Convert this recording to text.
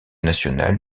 national